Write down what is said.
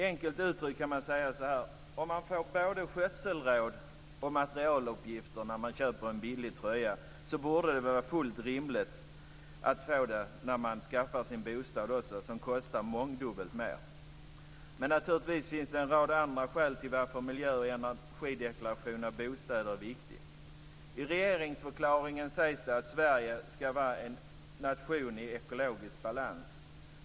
Enkelt uttryckt kan man säga följande: Om man får både skötselråd och materialuppgifter när man köper en billig tröja borde det vara fullt rimligt att få det när man skaffar sig en bostad som kostar mångdubbelt mer. Naturligtvis finns det en rad andra skäl till varför miljö och energideklarationer i bostäder är viktiga. I regeringsförklaringen sägs det att Sverige ska vara en nation i ekologisk balans.